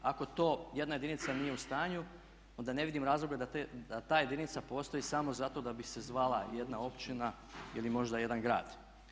Ako to jedna jedinica nije u stanju onda ne vidim razloga da ta jedinica postoji samo zato da bi se zvala jedna općina ili možda jedan grad.